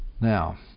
Now